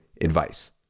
advice